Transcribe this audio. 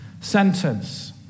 sentence